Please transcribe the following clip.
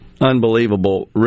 Unbelievable